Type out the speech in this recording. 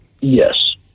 Yes